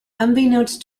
unbeknownst